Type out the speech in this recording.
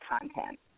content